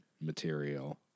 material